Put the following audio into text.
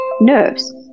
nerves